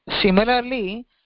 Similarly